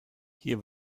hier